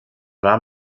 war